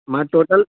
मां टोटल